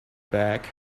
back